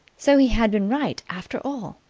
so he had been right after all!